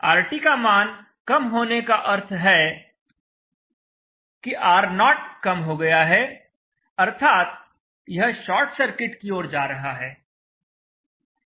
RT का मान कम होने का अर्थ है कि R0 कम हो गया है अर्थात यह शॉर्ट सर्किट की ओर जा रहा है